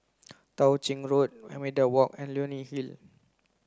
Tao Ching Road Media Walk and Leonie Hill